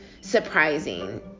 surprising